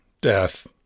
death